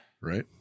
Right